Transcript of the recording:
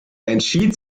entschied